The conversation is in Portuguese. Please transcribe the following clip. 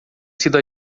sido